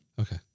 Okay